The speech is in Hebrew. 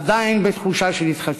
עדיין בתחושה של התחדשות.